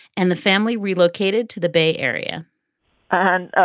and the family relocated to the bay area and ah